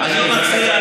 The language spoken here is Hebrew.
אני מציע,